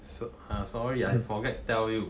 so ah sorry ah I forget tell you